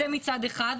זה מצד אחד.